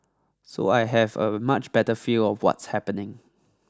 so I have a much better feel of what's happening